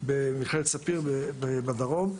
ובמכללת ספיר בדרום.